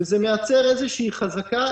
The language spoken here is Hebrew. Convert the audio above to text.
זה מייצר איזושהי חזקה,